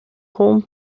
home